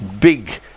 big